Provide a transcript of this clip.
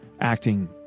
acting